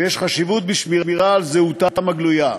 ויש חשיבות בשמירה על זהותם הגלויה.